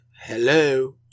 Hello